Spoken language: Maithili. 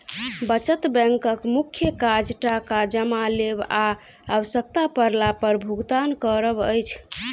बचत बैंकक मुख्य काज टाका जमा लेब आ आवश्यता पड़ला पर भुगतान करब अछि